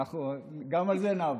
גם על זה נעבוד.